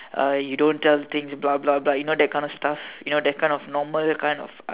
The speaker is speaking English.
uh you don't tell things blah blah blah you know that kind of stuff you know that kind of normal kind of